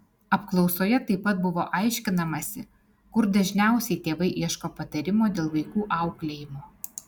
apklausoje taip pat buvo aiškinamasi kur dažniausiai tėvai ieško patarimo dėl vaikų auklėjimo